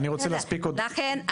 לכן,